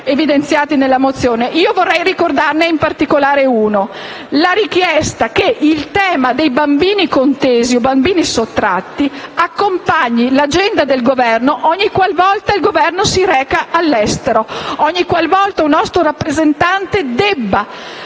evidenziati nell'ordine del giorno. Vorrei ricordarne in particolare uno: la richiesta che il tema dei bambini contesi o sottratti accompagni l'agenda del Governo ogni qual volta questo si reca all'estero; ogni qualvolta un nostro rappresentante debba,